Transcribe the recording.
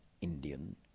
Indian